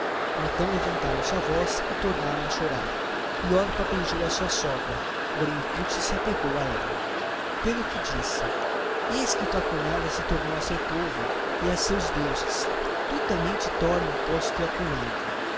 então levantaram a voz e tornaram a chorar e orfa beijou a sua sogra porém rute se apegou a ela pelo que disse noêmi eis que tua concunhada voltou para o seu povo e para os seus deuses volta também tu após a